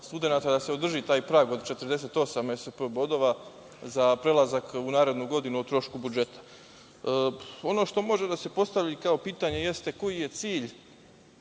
da se održi taj prag od 48 ESP bodova za prelazak u narednu godinu o trošku budžeta. Ono što može da se postavi kao pitanje jeste – koji je cilj